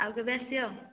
ଆଉ କେବେ ଆସିବ